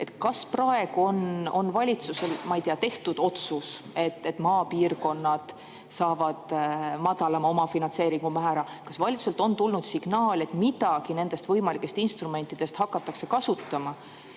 Kas praegu on valitsusel tehtud mingi otsus, näiteks et maapiirkonnad saavad madalama omafinantseeringu määra? Kas valitsuselt on tulnud signaal, et midagi nendest võimalikest instrumentidest hakatakse kasutama?